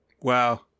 Wow